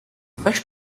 weź